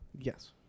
Yes